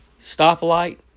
stoplight